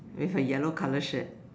with a yellow colour shirt